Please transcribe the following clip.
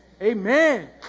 Amen